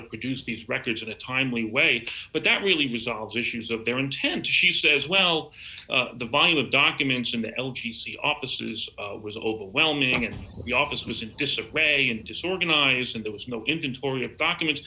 have produced these records in a timely way but that really resolve issues of their intent she says well the buying of documents from the l t c offices was overwhelming at the office was in disarray and disorganized and there was no inventory of documents